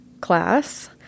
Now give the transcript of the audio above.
class